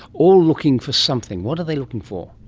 all looking for something. what are they looking for?